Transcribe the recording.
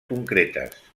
concretes